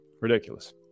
Ridiculous